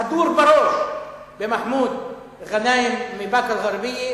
כדור בראש במחמוד גנאים מבאקה-אל-ע'רביה,